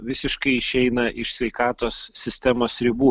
visiškai išeina iš sveikatos sistemos ribų